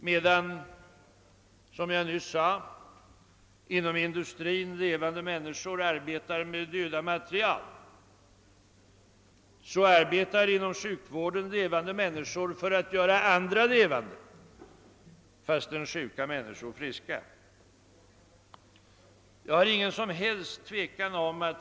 Medan, såsom jag nyss sade, inom industrin levande människor arbetar med döda material, så arbetar inom sjukvården levande människor för att göra sjuka människor friska.